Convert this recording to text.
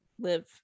live